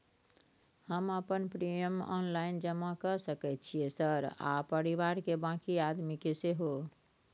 हम अपन premium online जमा के सके छियै सर आ परिवार के बाँकी आदमी के सेहो?